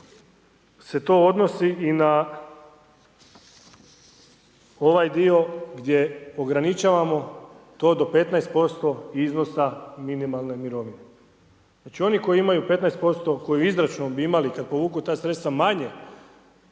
se to odnosi i na ovaj dio gdje ograničavamo to do 15% iznosa minimalne mirovine. Znači oni koji imaju 15%, koji izračunom bi imali kad povuku ta sredstva manje